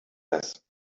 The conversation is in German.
das